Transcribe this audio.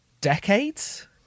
decades